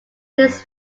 his